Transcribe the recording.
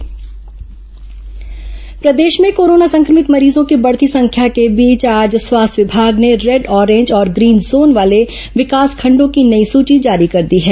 red orange zone प्रदेश में corona संक्रमित मरीजों की बढ़ती संख्या के बीच आज स्वास्थ्य विभाग ने रेड ऑरेंज और ग्रीन जोन वाले विकासखंडो की नई सूची जारी कर दी है